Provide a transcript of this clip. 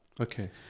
okay